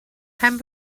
pen